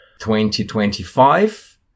2025